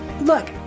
Look